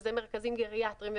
שאלו מרכזים גריאטריים,